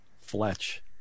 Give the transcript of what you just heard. Fletch